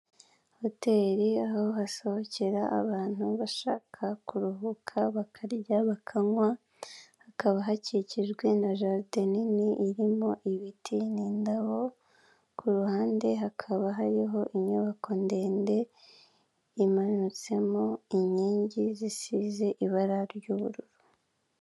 Hano ni mu mujyi wa Kigali rwagati, imbere hiryaha ndikubona ikigo cy'imari twita beka ahantu kuhande ndahabona inzu igeretse yubucuruzi, hano kuri uyu muhanda hari ahantu abantu bakunda kuruhukira bakorera n'ubukerarugendo.